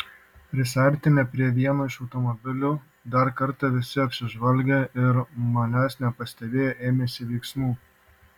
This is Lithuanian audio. prisiartinę prie vieno iš automobilių dar kartą visi apsižvalgė ir manęs nepastebėję ėmėsi veiksmų